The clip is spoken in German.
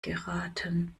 geraten